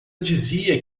dizia